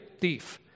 thief